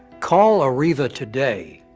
call arriva today.